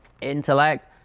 intellect